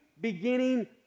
beginning